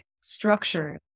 structured